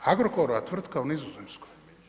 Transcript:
Agrokorova tvrtka u Nizozemskoj.